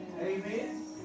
Amen